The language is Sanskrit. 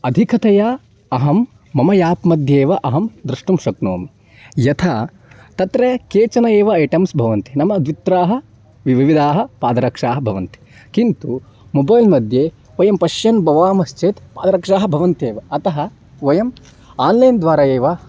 अधिकतया अहं मम याप् मध्ये एव अहं द्रष्टुं शक्नोमि यथा तत्र केचन एव ऐटम्स् भवन्ति नाम द्वित्राः विविधाः पादरक्षाः भवन्ति किन्तु मोबैल् मध्ये वयं पश्यन् भवामश्चेत् पादरक्षाः भवन्त्येव अतः वयम् आन्लैन् द्वारा एव